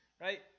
right